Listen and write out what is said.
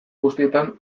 guztietan